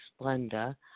Splenda